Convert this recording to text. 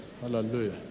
Hallelujah